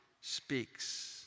speaks